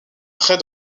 près